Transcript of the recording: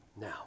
Now